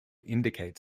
indicate